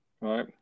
right